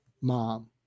mom